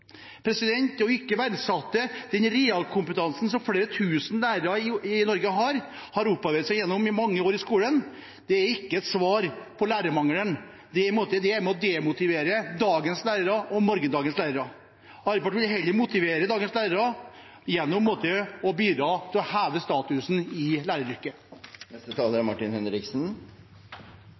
planene har ikke ført til noe godt. Det ikke å verdsette realkompetansen som flere tusen lærere i Norge har, som de har opparbeidet seg gjennom mange år i skolen, er ikke et svar på lærermangelen. Det er med på å demotivere dagens lærere og morgendagens lærere. Arbeiderpartiet vil heller motivere dagens lærere gjennom å bidra til å heve statusen